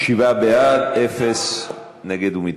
להעביר את הנושא לוועדת העבודה,